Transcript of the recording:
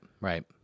right